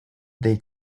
they